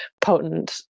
potent